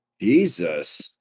Jesus